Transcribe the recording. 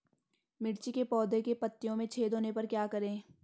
मिर्ची के पौधों के पत्तियों में छेद होने पर क्या करें?